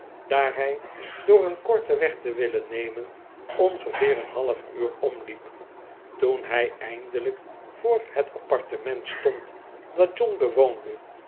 hij door een korten weg te willen nemen ongeveer een half uur omliep toen hij eindelijk voor het appartement stond dat john bewoonde